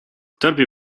torbie